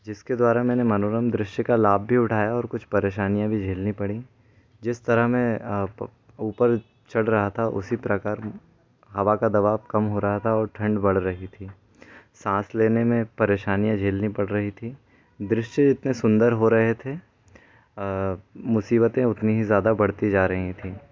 जिसके द्वारा मैंने मनोरम दृश्य का लाभ भी उठाया और कुछ परेशानियाँ भी झेलनी पड़ीं जिस तरह मैं ऊपर चढ़ रहा था उसी प्रकार हवा का दबाव कम हो रहा था और ठंड बढ़ रही थी साँस लेने में परेशानी झेलनी पड़ रही थी दृश्य इतने सुंदर हो रहे थे मुसीबतें उतनी ही ज़्यादा बढ़ती जा रही थीं